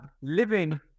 living